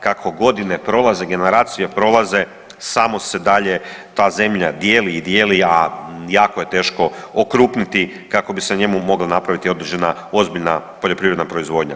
Kako godine prolaze, generacije prolaze samo se dalje ta zemlja dijeli i dijeli, a jako je teško okrupniti kako bi se na njemu mogla napraviti određena ozbiljna poljoprivredna proizvodnja.